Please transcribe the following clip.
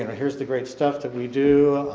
here's the great stuff that we do.